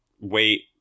wait